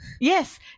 Yes